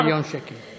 200 מיליון שקל.